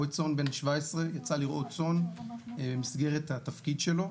רועה צאן בן 17 יצא לרעות צאן במסגרת התפקיד שלו,